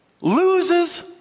loses